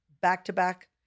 back-to-back